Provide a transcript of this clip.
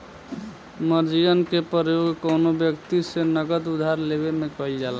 margin के प्रयोग कौनो व्यक्ति से नगद उधार लेवे में कईल जाला